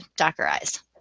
Dockerize